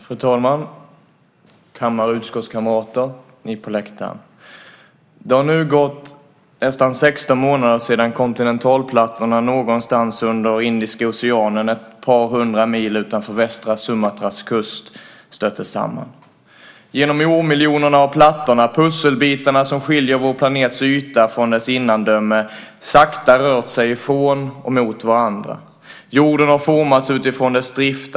Fru talman! Kammar och utskottskamrater! Ni på läktaren! Det har nu gått nästan 16 månader sedan kontinentalplattorna någonstans under Indiska Oceanen ett par hundra mil utanför västra Sumatras kust stötte samman. Genom årmiljonerna har plattorna, pusselbitarna som skiljer vår planets yta från dess innandöme, sakta rört sig ifrån och mot varandra. Jorden har formats utifrån deras drift.